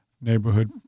neighborhood